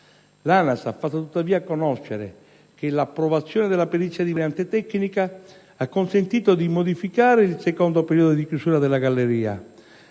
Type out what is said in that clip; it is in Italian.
L'ANAS ha fatto tuttavia conoscere che l'approvazione della perizia di variante tecnica ha consentito di modificare il secondo periodo di chiusura della galleria,